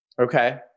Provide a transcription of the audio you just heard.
Okay